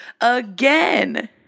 again